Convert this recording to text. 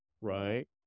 right